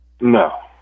No